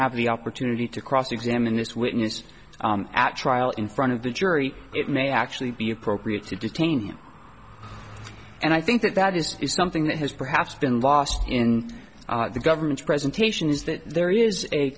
have the opportunity to cross examine this witness at trial in front of the jury it may actually be appropriate to detain him and i think that that is something that has perhaps been lost in the government's presentation is that there is a